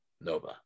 Nova